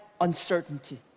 uncertainty